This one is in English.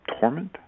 torment